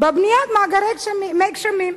בבניית מאגרי מי גשמים?